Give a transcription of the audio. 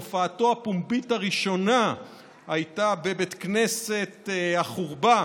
הופעתו הפומבית הראשונה הייתה בבית הכנסת החורבה,